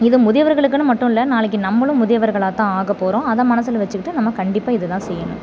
இது முதியவர்களுக்குனு மட்டுமல்ல நாளைக்கு நம்மளும் முதியவர்களாக தான் ஆகப்போகிறோம் அதை மனசில் வச்சுக்கிட்டு நம்ம கண்டிப்பாக இதுதான் செய்யணும்